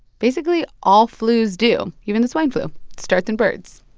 basically all flus do, even the swine flu starts in birds.